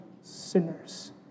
sinners